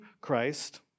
Christ